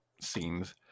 scenes